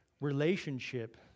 relationship